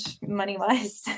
money-wise